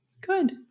Good